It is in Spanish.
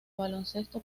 baloncesto